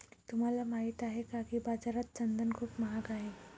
तुम्हाला माहित आहे का की बाजारात चंदन खूप महाग आहे?